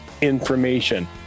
information